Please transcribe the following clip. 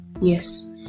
yes